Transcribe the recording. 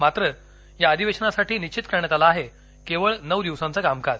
मात्र या अधिवेशनासाठी निश्चित करण्यात आलं आहे केवळ नऊ दिवसांचं कामकाज